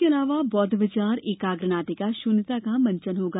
इसके अलावा बोध विचार एकाग्र नाटिका शून्यता का मंचन होगा